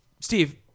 Steve